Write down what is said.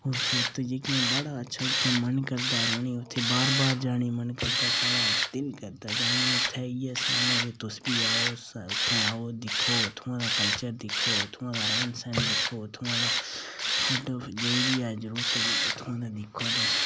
खूबसूरत जेह्कियां बड़ा मन करदा रौंह्ने ई उत्थै बार बार जाने ई मन करदा साढ़ा दिल करदा जाने ई उत्थै अ'ऊं इ'यै सनान्ना कि तुस बी जाओ उत्थै आओ दिक्खो उत्थुआं दा कल्चर दिक्खो उत्थुआं दा रैह्न सैह्न दिक्खो उत्थुआं दा जे बी ऐ जरूरत इत्थुआं दा दिक्खो तुस